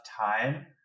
time